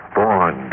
born